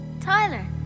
tyler